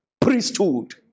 priesthood